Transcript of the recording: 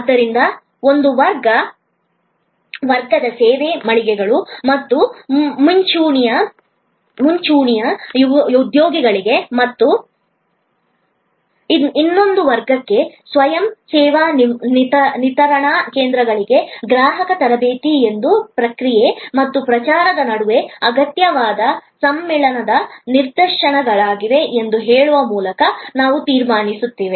ಆದ್ದರಿಂದ ಒಂದು ವರ್ಗದ ಸೇವಾ ಮಳಿಗೆಗಳು ಮತ್ತು ಮುಂಚೂಣಿಯ ಉದ್ಯೋಗಿಗಳಿಗೆ ಮತ್ತು ಇನ್ನೊಂದು ವರ್ಗಕ್ಕೆ ಸ್ವಯಂ ಸೇವಾ ವಿತರಣಾ ಕೇಂದ್ರಗಳಿಗೆ ಗ್ರಾಹಕ ತರಬೇತಿ ಎರಡೂ ಪ್ರಕ್ರಿಯೆ ಮತ್ತು ಪ್ರಚಾರದ ನಡುವೆ ಅಗತ್ಯವಾದ ಸಮ್ಮಿಳನದ ನಿದರ್ಶನಗಳಾಗಿವೆ ಎಂದು ಹೇಳುವ ಮೂಲಕ ನಾವು ತೀರ್ಮಾನಿಸುತ್ತೇವೆ